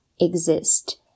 exist